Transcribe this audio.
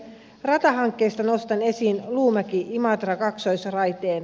ratahankkeista nostan esiin luumäkiimatra kaksoisraiteen